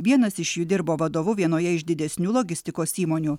vienas iš jų dirbo vadovu vienoje iš didesnių logistikos įmonių